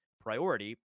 priority